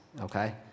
Okay